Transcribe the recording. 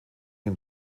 den